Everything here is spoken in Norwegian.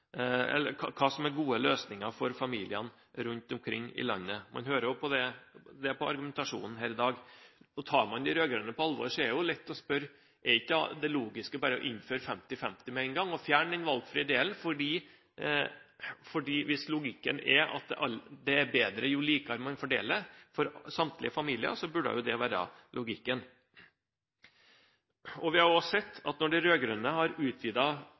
gode løsninger for familiene rundt omkring i landet. Man hører jo det på argumentasjonen her i dag. Tar man de rød-grønne på alvor, er det lett å spørre: Er ikke det logiske da bare å innføre 50/50 med en gang og fjerne den valgfrie delen – hvis logikken er at det for samtlige familier er bedre jo likere man fordeler? Vi har også sett at når de rød-grønne har utvidet fedrekvoten, så har man spist av den fleksible delen, og man har også varslet en målsetting om at